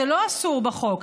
זה לא אסור בחוק,